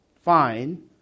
fine